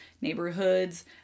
neighborhoods